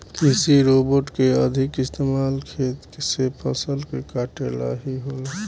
कृषि रोबोट के अधिका इस्तमाल खेत से फसल के काटे ला ही होला